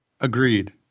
Agreed